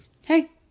hey